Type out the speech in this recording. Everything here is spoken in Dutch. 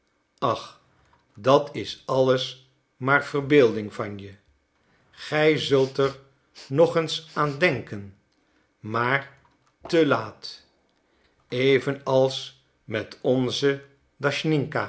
ach dat is alles maar verbeelding van je gij zult er nog eens aan denken maar te laat even als met onze